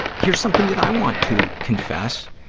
here's something that i want to confess,